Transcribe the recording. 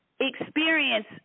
experience